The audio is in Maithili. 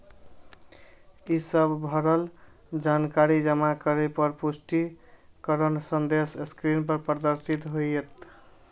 ई सब भरल जानकारी जमा करै पर पुष्टिकरण संदेश स्क्रीन पर प्रदर्शित होयत